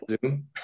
Zoom